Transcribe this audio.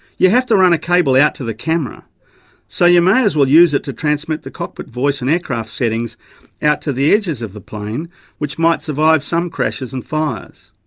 you have to run a cable out to the camera so you may as well use it to transmit the cockpit voice and aircraft settings out to the edges of the plane which might survive some crashes and fires.